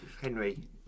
Henry